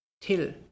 till